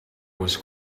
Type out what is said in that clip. was